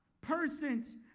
persons